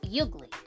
ugly